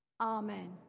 Amen